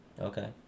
Okay